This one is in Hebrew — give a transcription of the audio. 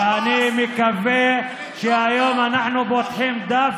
ואני מקווה שהיום אנחנו פותחים דף